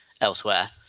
elsewhere